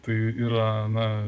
tai yra na